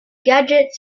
gadget